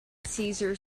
cesar